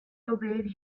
obeyed